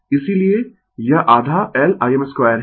इसीलिए यह आधा L Im2 है